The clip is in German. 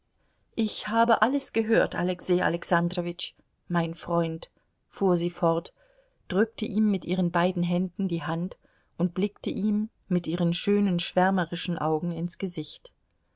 ich habe alles gehört alexei alexandrowitsch mein freund fuhr sie fort drückte ihm mit ihren beiden händen die hand und blickte ihm mit ihren schönen schwärmerischen augen ins gesicht